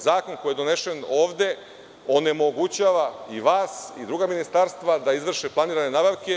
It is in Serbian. Zakon koji je donesen ovde onemogućava i vas i druga ministarstva da izvrše planirane nabavke.